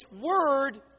word